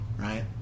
right